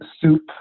soup